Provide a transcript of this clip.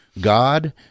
God